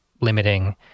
limiting